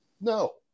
no